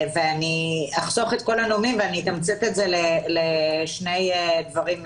אני אחסוך את כל הנאומים ואני אתמצת את זה לשני דברים.